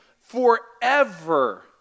forever